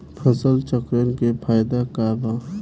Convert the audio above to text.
फसल चक्रण के फायदा का बा?